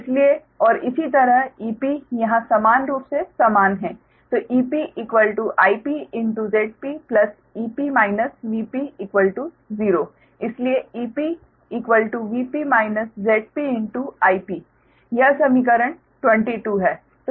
इसलिए और इसी तरह Ep यहां समान रूप से समान है IpZpEp Vp0 इसलिए EpVp ZpIp यह समीकरण 22 है